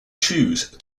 choose